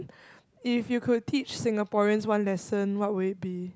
if you could teach Singaporeans one lesson what would it be